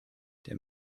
der